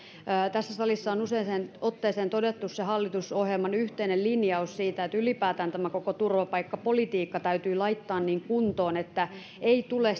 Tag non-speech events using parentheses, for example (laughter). tässä salissa on useaan otteeseen todettu se hallitusohjelman yhteinen linjaus että ylipäätään tämä koko turvapaikkapolitiikka täytyy laittaa niin kuntoon että ei tule (unintelligible)